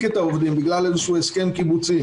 את העובדים בגלל איזשהו הסכם קיבוצי,